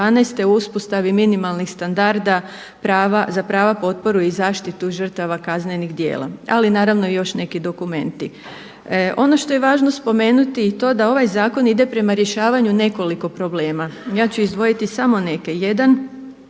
o uspostavi minimalnih standarda za prava, potporu i zaštitu žrtava kaznenih djela, ali naravno i još neki dokumenti. Ono što je važno spomenuti i to da ovaj zakon ide prema rješavanju nekoliko problema, ja ću izdvojiti samo neke. Jedan